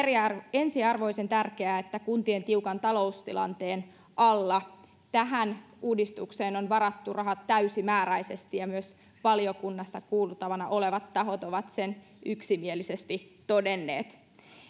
ensiarvoisen tärkeää että kuntien tiukan taloustilanteen alla tähän uudistukseen on varattu rahat täysimääräisesti ja myös valiokunnassa kuultavana olleet tahot ovat sen yksimielisesti todenneet